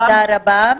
תודה רבה.